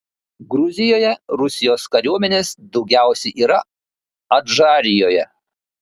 gruzijoje rusijos kariuomenės daugiausiai yra adžarijoje